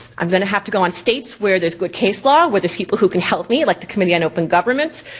i'm gonna have to go on states where there's good case law, where there's people who can help me, like the committee on open government.